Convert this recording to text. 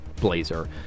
blazer